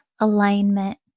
alignment